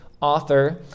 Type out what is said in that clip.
author